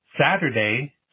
Saturday